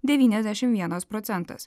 devyniasdešim vienas procentas